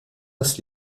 das